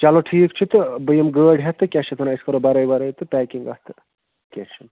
چلو ٹھیٖک چھُ تہٕ بہٕ یِم گٲڑۍ ہٮ۪تھ تہٕ کیٛاہ چھِ اتھ وَنن اَسۍ کَرو بَرٲے وَرٲے تہٕ پٮ۪کِنٛگ اَتھ تہٕ کیٚنٛہہ چھُنہٕ